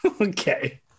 Okay